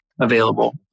available